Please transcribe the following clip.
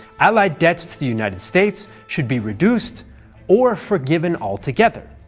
allied debts to the united states should be reduced or forgiven altogether.